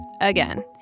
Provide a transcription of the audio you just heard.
again